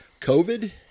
COVID